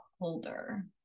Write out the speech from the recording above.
holder